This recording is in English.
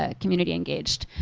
ah community engaged